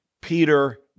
Peter